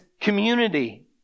community